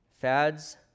fads